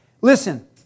listen